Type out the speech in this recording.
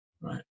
right